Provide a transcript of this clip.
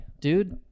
Dude